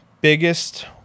biggest